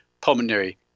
pulmonary